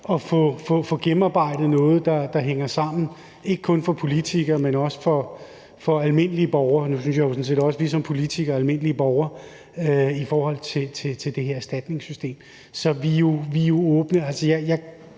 og få gennemarbejdet noget, der hænger sammen, ikke kun for politikere, men også for almindelige borgere. Nu synes jeg jo sådan set også, at vi som politikere er almindelige borgere i forhold til det her erstatningssystem. Så vi er jo åbne